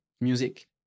music